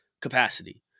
capacity